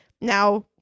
now